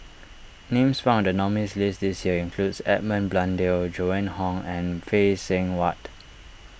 names found in the nominees' list this year includes Edmund Blundell Joan Hon and Phay Seng Whatt